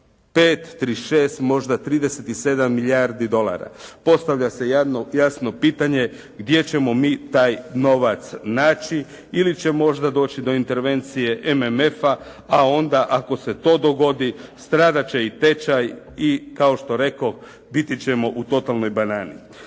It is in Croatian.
35, 36, možda 37 milijardi dolara. Postavlja se jasno pitanje gdje ćemo mi taj novac naći ili će možda doći do intervencije MMF-a, a onda ako se to dogodi, stradati će i tečaj i kao što rekoh, biti ćemo u totalnoj banani.